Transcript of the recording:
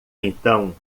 então